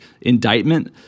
indictment